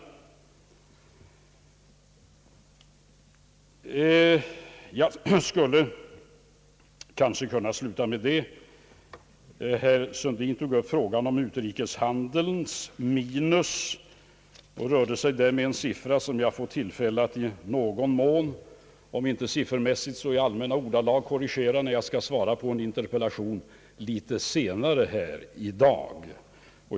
Jag skulle kanske sluta med detta. Herr Sundin tog emellertid upp frågan om utrikeshandelns minus och rörde sig där med en siffra, som jag får tillfälle att i någon mån, om inte siffermässigt så i allmänna ordalag, ta upp när jag skall svara på en annan interpellation litet senare här i dag.